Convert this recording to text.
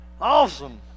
Awesome